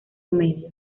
medio